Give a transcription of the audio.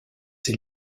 ses